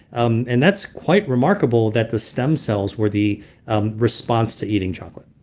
um and that's quite remarkable that the stem cells were the um response to eating chocolate